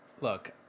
look